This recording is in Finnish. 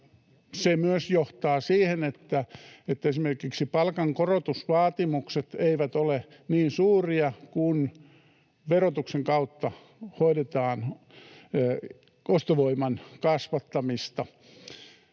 se myös johtaa siihen, että esimerkiksi palkankorotusvaatimukset eivät ole niin suuria, kun verotuksen kautta hoidetaan ostovoiman kasvattamista.